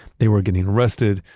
they were getting arrested,